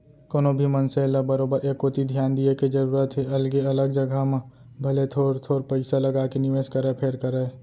कोनो भी मनसे ल बरोबर ए कोती धियान दिये के जरूरत हे अलगे अलग जघा म भले थोर थोर पइसा लगाके निवेस करय फेर करय